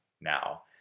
now